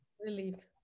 Relieved